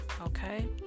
Okay